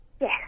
Yes